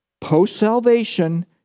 post-salvation